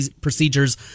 procedures